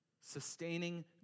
sustaining